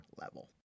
level